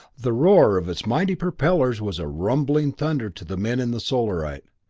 the roar of its mighty propellers was a rumbling thunder to the men in the solarite.